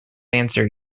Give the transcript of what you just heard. answer